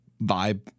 vibe